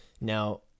Now